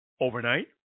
overnight